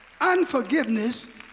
Unforgiveness